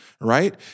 right